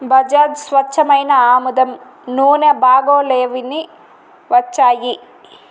బజాజ్ స్వచ్ఛమైన ఆముదం నూనె బాగాలేవిని వచ్చాయి